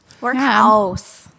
Workhouse